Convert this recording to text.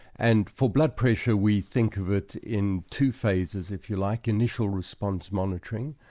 and for blood pressure, we think of it in two phases, if you like, initial response monitoring,